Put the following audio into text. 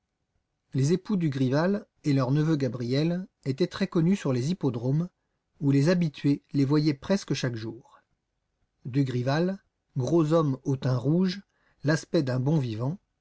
les époux dugrival et leur neveu gabriel étaient très connus sur les hippodromes où les habitués les voyaient presque chaque jour dugrival gros homme au teint rouge l'aspect d'un bon vivant